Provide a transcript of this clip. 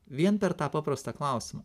vien per tą paprastą klausimą